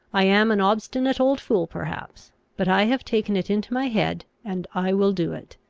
i am an obstinate old fool perhaps but i have taken it into my head, and i will do it.